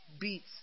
beats